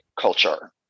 culture